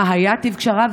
מה היה טיב קשריו,